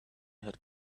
had